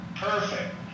Perfect